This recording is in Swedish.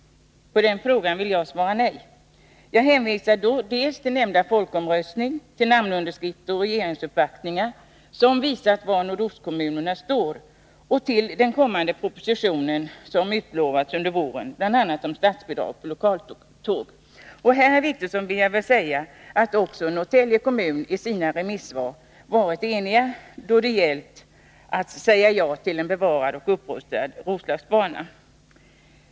På den frågan vill jag svara nej. Jag hänvisar dels till nämnda folkomröstning, till namnunderskrifter och regeringsuppvaktningar som visat var nordostkommunerna står, dels till den kommande proposition som utlovats under våren om bl.a. statsbidrag för lokaltåg. I det sammanhanget, herr Wictorsson, vill jag påpeka att också Norrtälje kommun i sina remissvar var enig om att säga ja till en bevarad och upprustad Roslagsbana.